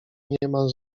niemal